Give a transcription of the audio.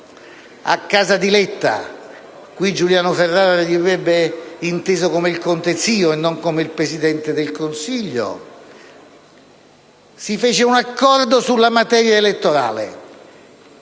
a casa di Letta (qui Giuliano Ferrara direbbe: inteso come "il conte zio" e non come il Presidente del Consiglio): si fece un accordo sulla materia elettorale,